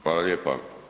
Hvala lijepa.